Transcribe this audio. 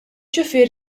xufier